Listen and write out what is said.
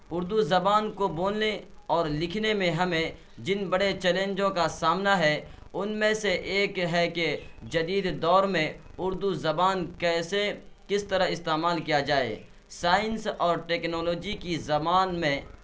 اردو زبان کو بولنے اور لکھنے میں ہمیں جن بڑے چیلنجوں کا سامنا ہے ان میں سے ایک ہے کہ جدید دور میں اردو زبان کیسے کس طرح استعمال کیا جائے سائنس اور ٹکنالوجی کے زبان میں